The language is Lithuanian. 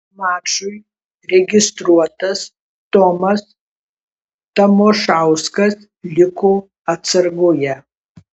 mačui registruotas tomas tamošauskas liko atsargoje